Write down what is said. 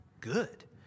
good